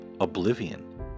oblivion